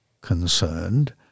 concerned